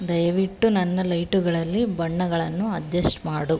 ದಯವಿಟ್ಟು ನನ್ನ ಲೈಟುಗಳಲ್ಲಿ ಬಣ್ಣಗಳನ್ನು ಅಡ್ಜಸ್ಟ್ ಮಾಡು